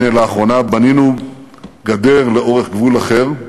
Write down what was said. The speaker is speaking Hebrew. הנה, לאחרונה בנינו גדר לאורך גבול אחר,